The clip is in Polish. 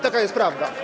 Taka jest prawda.